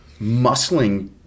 muscling